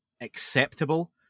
acceptable